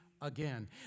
again